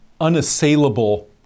unassailable